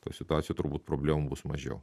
toj situacijoj turbūt problemų bus mažiau